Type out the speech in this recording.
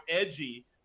edgy